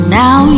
now